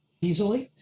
easily